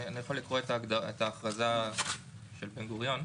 אני יכול לקרוא את ההכרזה של בן גוריון: